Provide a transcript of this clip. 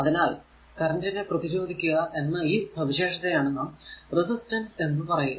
അതിനാൽ കറന്റ് നെ പ്രതിരോധിക്കുക എന്ന ഈ സവിശേഷത്തെയാണ് നാം റെസിസ്റ്റൻസ് എന്ന് പറയുക